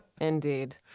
Indeed